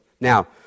Now